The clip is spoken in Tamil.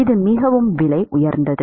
இது மிகவும் விலை உயர்ந்தது